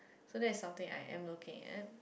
so that is something I am located